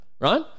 Right